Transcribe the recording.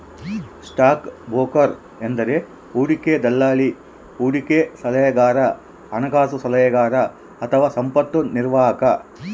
stock broker ಎಂದರೆ ಹೂಡಿಕೆ ದಲ್ಲಾಳಿ, ಹೂಡಿಕೆ ಸಲಹೆಗಾರ, ಹಣಕಾಸು ಸಲಹೆಗಾರ ಅಥವಾ ಸಂಪತ್ತು ನಿರ್ವಾಹಕ